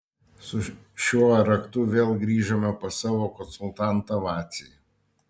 su šiuo raktu vėl grįžome pas savo konsultantą vacį